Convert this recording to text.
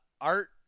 Art